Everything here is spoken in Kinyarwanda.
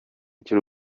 cy’u